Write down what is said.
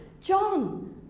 John